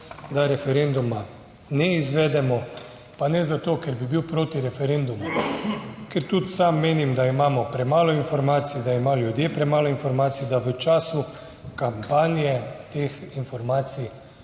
da referenduma ne izvedemo, pa ne zato, ker bi bil proti referendumu, ker tudi sam menim, da imamo premalo informacij, da imajo ljudje premalo informacij, da v času kampanje teh informacij